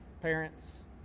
parents